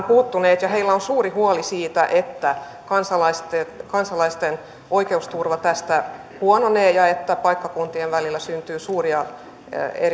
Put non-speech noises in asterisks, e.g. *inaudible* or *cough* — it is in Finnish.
*unintelligible* puuttuneet ja heillä on on suuri huoli siitä että kansalaisten kansalaisten oikeusturva tästä huononee ja että paikkakuntien välillä syntyy suuria